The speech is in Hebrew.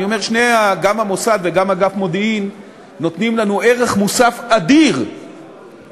אני אומר שגם המוסד וגם אגף מודיעין נותנים לנו ערך מוסף אדיר כשאנחנו